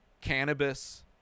cannabis